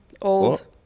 Old